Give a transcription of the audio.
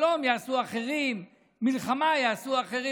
שלום יעשו אחרים, מלחמה יעשו אחרים.